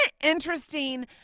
interesting